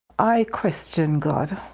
i questioned god.